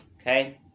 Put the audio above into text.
Okay